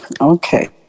okay